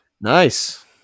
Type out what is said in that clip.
Nice